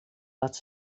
wat